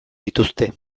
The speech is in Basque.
dituzte